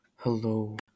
Hello